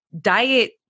diet